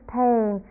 pain